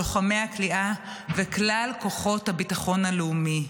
לוחמי הכליאה וכלל כוחות הביטחון הלאומי,